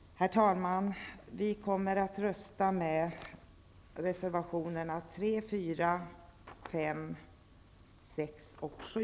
Herr talman! Vi kommer att rösta för reservationerna 3, 4, 5, 6 och 7.